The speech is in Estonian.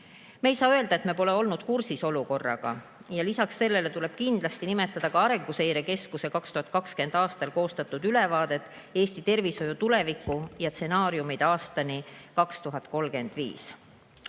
Me ei saa öelda, et me pole olnud kursis olukorraga. Lisaks sellele tuleb kindlasti nimetada Arenguseire Keskuse 2020. aastal koostatud ülevaadet "Eesti tervishoiu tulevik – stsenaariumid aastani